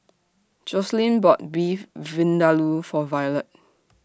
Joselyn bought Beef Vindaloo For Violette